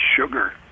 sugar